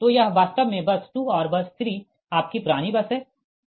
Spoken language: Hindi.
तो यह वास्तव में बस 2 और बस 3 आपकी पुरानी बस है